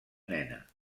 nena